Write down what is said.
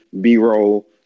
b-roll